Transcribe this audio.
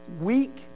weak